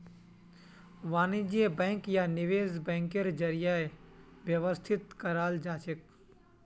वाणिज्य बैंक या निवेश बैंकेर जरीए व्यवस्थित कराल जाछेक